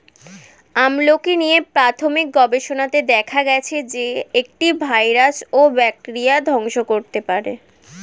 আমলকী নিয়ে প্রাথমিক গবেষণাতে দেখা গেছে যে, এটি ভাইরাস ও ব্যাকটেরিয়া ধ্বংস করতে পারে